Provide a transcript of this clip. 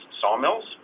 sawmills